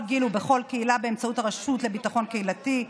גיל ובכל קהילה באמצעות הרשות לביטחון קהילתי,